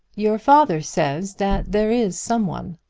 your father says that there is some one.